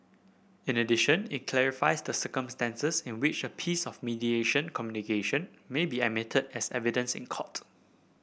in addition it clarifies the circumstances in which a piece of mediation communication may be admitted as evidence in court